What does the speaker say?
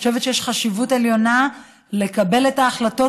אני חושבת שיש חשיבות עליונה בלקבל את ההחלטות